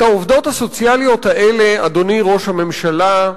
את העובדות הסוציאליות האלה, אדוני ראש הממשלה,